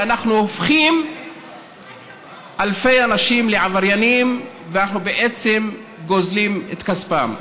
ואנחנו הופכים אלפי אנשים לעבריינים ואנחנו בעצם גוזלים את כספם.